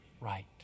right